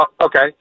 Okay